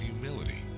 humility